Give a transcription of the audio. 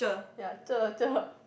ya cher cher